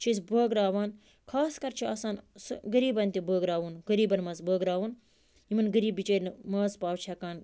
چھِ أسۍ بٲگٕراوان خاص کر چھُ آسان سُہ غریٖبَن تہِ بٲگٕراوُن غریٖبَن منٛز بٲگٕراوُن یِمَن غریٖب بِچٲرۍ نہٕ ماز پاو چھِ ہٮ۪کان